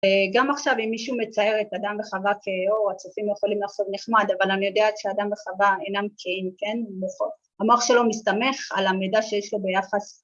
גם עכשיו אם מישהו מצייר את אדם וחווה כהים, הצופים יכולים לעשות נחמד אבל אני יודעת שאדם וחווה אינם כהים, כן? הם מוחות המוח שלו מסתמך על המידע שיש לו ביחס